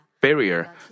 barrier